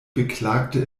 beklagte